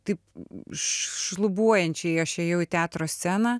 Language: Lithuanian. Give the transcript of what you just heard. taip šlubuojančiai aš ėjau į teatro sceną